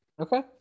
Okay